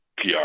PR